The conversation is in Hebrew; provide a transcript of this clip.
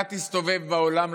אתה תסתובב בעולם,